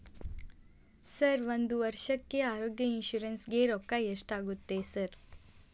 Sir ಒಂದು ವರ್ಷಕ್ಕೆ ಆರೋಗ್ಯ ಇನ್ಶೂರೆನ್ಸ್ ಗೇ ರೊಕ್ಕಾ ಎಷ್ಟಾಗುತ್ತೆ ಸರ್?